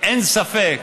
אין ספק,